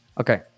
Okay